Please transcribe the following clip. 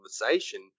conversation